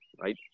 right